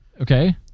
Okay